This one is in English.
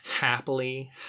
Happily